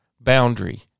boundary